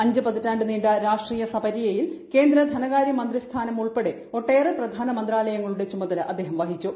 അഞ്ച് പതിറ്റാണ്ട് നീണ്ട രാഷ്ട്രീയസപര്യയിൽ കേന്ദ്ര ധനകാര്യ മന്ത്രിസ്ഥാനമുൾപ്പടെ ഒട്ടേറെ പ്രധാന മന്ത്രാലയങ്ങളുടെ ചുമതല അദ്ദേഹം വഹിച്ചു